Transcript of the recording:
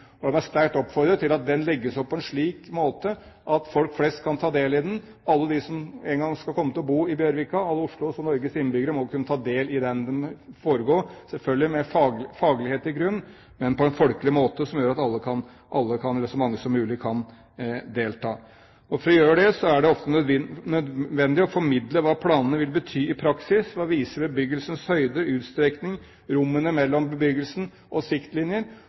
sterkt oppfordret til at den legges opp på en slik måte at folk flest kan ta del i den. Alle de som en gang skal komme til å bo i Bjørvika – alle Oslos og Norges innbyggere – må kunne ta del i den. Den må selvfølgelig foregå med faglighet i bunn, men på en folkelig måte, som gjør at så mange som mulig kan delta. For å gjøre det, er det ofte nødvendig å formidle hva planene vil bety i praksis. Man må vise bebyggelsens høyde, utstrekning, rommene mellom bebyggelsen og siktlinjer